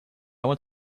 want